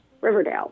Riverdale